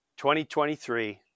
2023